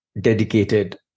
dedicated